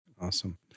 awesome